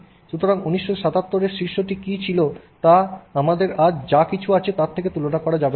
সুতরাং 1977 এর শীর্ষটি কী ছিল তা আমাদের আজ যে কিছু আছে তার সাথে তুলনা করা যাবে না